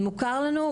מוכר לנו,